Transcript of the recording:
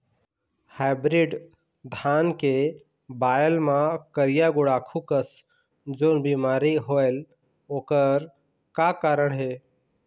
Hybrid धान के बायेल मां करिया गुड़ाखू कस जोन बीमारी होएल ओकर का कारण हे?